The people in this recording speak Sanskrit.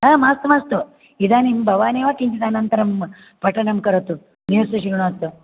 हा मास्तु मास्तु इदानीम् भवानेव किञ्चित् अनन्तरं पठनं करोतु म्यूसिक् श्रुणोतु